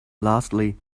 lastly